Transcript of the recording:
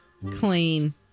Clean